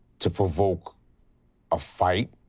to provoke a fight,